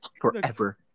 forever